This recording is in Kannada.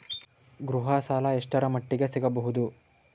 ಗೃಹ ಸಾಲ ಎಷ್ಟರ ಮಟ್ಟಿಗ ಸಿಗಬಹುದು?